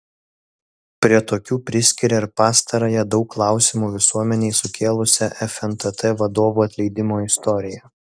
prie tokių priskiria ir pastarąją daug klausimų visuomenei sukėlusią fntt vadovų atleidimo istoriją